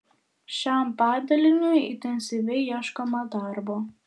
šiam padaliniui intensyviai ieškoma darbo